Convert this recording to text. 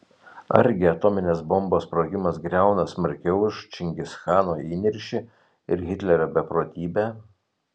argi atominės bombos sprogimas griauna smarkiau už čingischano įniršį ir hitlerio beprotybę